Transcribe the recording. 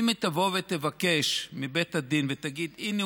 אם היא תבוא ותבקש מבית הדין ותגיד: הינה,